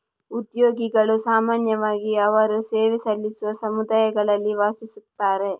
ಉದ್ಯೋಗಿಗಳು ಸಾಮಾನ್ಯವಾಗಿ ಅವರು ಸೇವೆ ಸಲ್ಲಿಸುವ ಸಮುದಾಯಗಳಲ್ಲಿ ವಾಸಿಸುತ್ತಾರೆ